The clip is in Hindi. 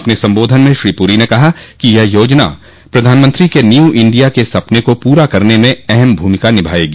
अपने संबोधन में श्री पुरी ने कहा कि यह योजना प्रधानमंत्री के न्यू इण्डिया के सपने को पूरा करने में अहम भ्मिका निभायेगी